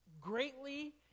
greatly